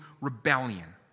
rebellion